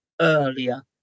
earlier